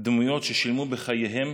דמויות ששילמו בחייהן